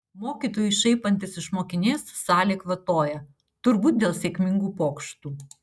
mokytojui šaipantis iš mokinės salė kvatoja turbūt dėl sėkmingų pokštų